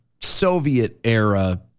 Soviet-era